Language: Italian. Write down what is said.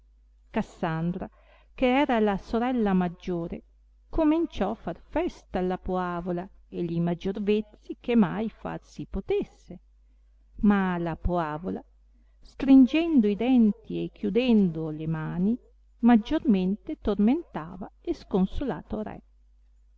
cassandra che era la sorella maggiore comenciò far festa alla poavola e li maggior vezzi che mai far si potesse ma la poavola stringendo i denti e chiudendo le mani maggiormente tormentava il sconsolato re